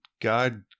God